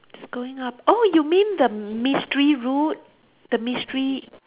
it's going up oh you mean the mystery route the mystery